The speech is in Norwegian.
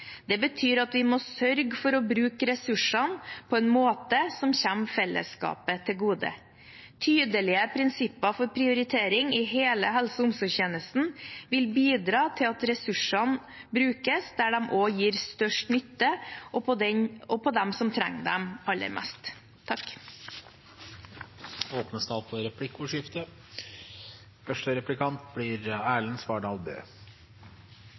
Det betyr at vi må sørge for å bruke ressursene på en måte som kommer fellesskapet til gode. Tydelige prinsipper for prioritering i hele helse- og omsorgstjenesten vil bidra til at ressursene brukes der de gir størst nytte, og på dem som trenger dem aller mest.